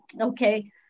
okay